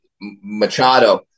Machado